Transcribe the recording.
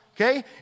okay